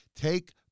Take